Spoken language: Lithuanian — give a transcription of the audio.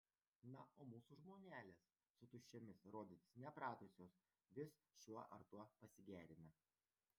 na o mūsų žmonelės su tuščiomis rodytis nepratusios vis šiuo ar tuo pasigerina